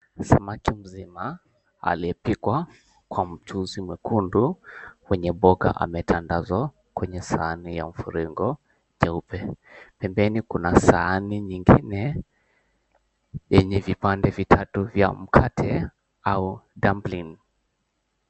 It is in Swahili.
Samaki mzima aliyepikwa kwa mchuuzi mwekundu kwenye mboga ametandazwa kwenye sahani ya mviringo cheupe pembeni, kuna sahani nyingine yenye vipande vitatu vya mkate au dumpling .